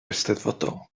eisteddfodol